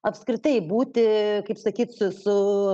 apskritai būti kaip sakyt su su